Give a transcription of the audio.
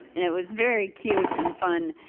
and it was very cute and fun.